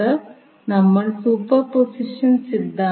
1F കപ്പാസിറ്ററും 0